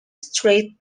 straight